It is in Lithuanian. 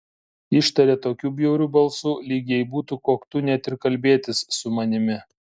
ištarė tokiu bjauriu balsu lyg jai būtų koktu net ir kalbėtis su manimi